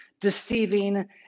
deceiving